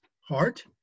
heart